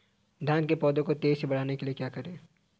धान के पौधे को तेजी से बढ़ाने के लिए क्या करें?